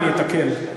אני אתקן.